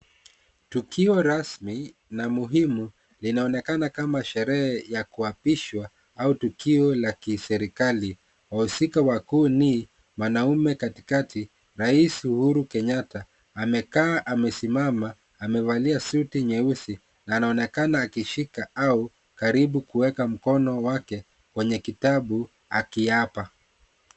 Tukio rasmi na muhimu linaonekana kama sherehe ya kuapishwa au tukio la kiserikali . Wahusika wakuu ni; mwanaume katikati ,rais Uhuru Kenyatta amekaa amesimama . Amevalia suti nyeusi na anaonekana akishika au karibu kuweka mkono wake kwenye kitabu akiapa.